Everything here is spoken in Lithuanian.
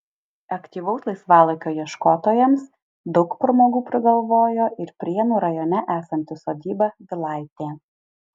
aktyvaus laisvalaikio ieškotojams daug pramogų prigalvojo ir prienų rajone esanti sodyba vilaitė